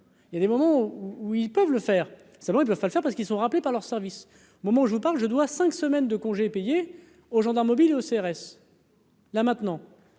il y a des moments où ils peuvent le faire selon ils peuvent pas le faire parce qu'ils sont rappelés par leur service au moment où je vous parle, je dois cinq semaines de congés payés aux gendarmes mobiles aux CRS. Là maintenant